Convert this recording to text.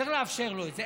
צריך לאפשר לו את זה,